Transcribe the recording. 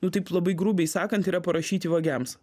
nu taip labai grubiai sakant yra parašyti vagiams